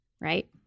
right